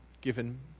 given